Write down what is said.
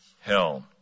hell